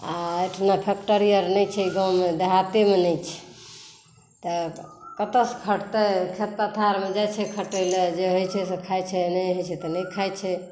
आओर अहिठिना फैक्टरी आओर नहि छै गाँवमे देहातेमे नहि छै तऽ कतऽ सँ खटतै खेत पथारमे जाइ छै खटैलए जे होइ छै से खाइ छै नहि होइ छै तऽ नहि खाइ छै